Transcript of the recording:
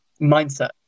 mindset